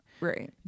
Right